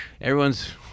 Everyone's